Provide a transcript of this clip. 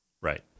Right